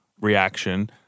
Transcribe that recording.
reaction